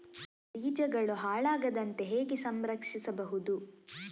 ಬೀಜಗಳು ಹಾಳಾಗದಂತೆ ಹೇಗೆ ಸಂರಕ್ಷಿಸಬಹುದು?